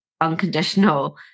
unconditional